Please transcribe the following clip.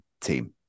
team